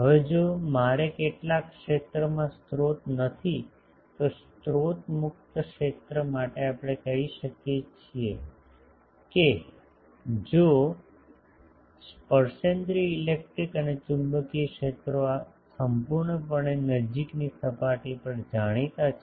હવે જો મારે કેટલાક ક્ષેત્રમાં સ્રોત નથી તેથી સ્રોત મુક્ત ક્ષેત્ર માટે આપણે કહી શકીએ કે જો સ્પર્શેન્દ્રિય ઇલેક્ટ્રિક અને ચુંબકીય ક્ષેત્રો સંપૂર્ણપણે નજીકની સપાટી પર જાણીતા છે